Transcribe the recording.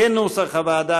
כנוסח הוועדה,